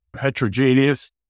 heterogeneous